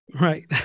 Right